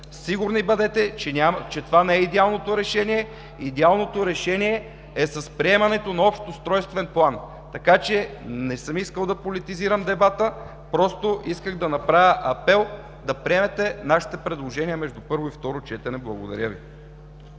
Сигурни бъдете, че това не е идеалното решение. Идеалното решение е приемането на Общ устройствен план, така че не съм искал да политизирам дебата, просто исках да отправя апел да приемете нашите предложения между първо и второ четене. Благодаря Ви.